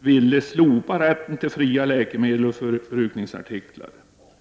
ville slopa rätten till fria läkemedel och förbrukningsartiklar.